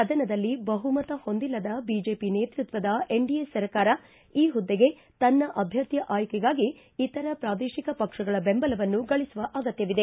ಸದನದಲ್ಲಿ ಬಹುಮತ ಹೊಂದಿಲ್ಲದ ಬಿಜೆಪಿ ನೇತೃತ್ವದ ಎನ್ಡಿಎ ಸರ್ಕಾರ ಈ ಹುದ್ದೆಗೆ ತನ್ನ ಅಭ್ಯರ್ಥಿಯ ಆಯ್ಕೆಗಾಗಿ ಇತರ ಪ್ರಾದೇಶಿಕ ಪಕ್ಷಗಳ ಬೆಂಬಲವನ್ನು ಗಳಿಸುವ ಅಗತ್ಯವಿದೆ